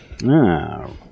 No